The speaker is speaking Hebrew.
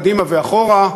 קדימה ואחורה,